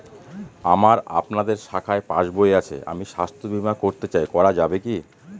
আমার আপনাদের শাখায় পাসবই আছে আমি স্বাস্থ্য বিমা করতে চাই করা যাবে কি?